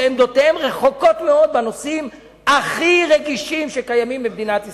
שעמדותיהן רחוקות מאוד בנושאים הכי רגישים שקיימים במדינת ישראל.